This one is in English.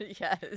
Yes